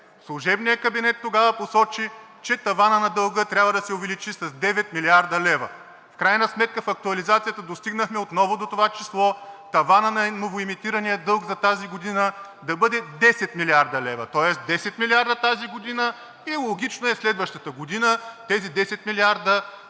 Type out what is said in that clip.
Служебният кабинет тогава посочи, че таванът на дълга трябва да се увеличи с 9 млрд. лв. В крайна сметка в актуализацията достигнахме отново до това число – таванът на новоемитирания дълг за тази година да бъде 10 млрд. лв., тоест 10 милиарда тази година и логично е следващата година тези 10 милиарда